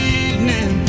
evening